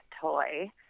toy –